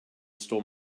stole